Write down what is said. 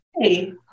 hey